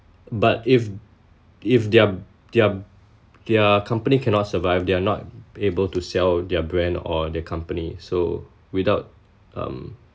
but if if their their their company cannot survive they're not able to sell their brand or their company so without um